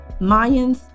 mayans